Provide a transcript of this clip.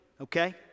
okay